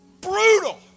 Brutal